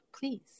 please